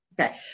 Okay